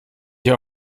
hier